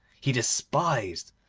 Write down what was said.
he despised,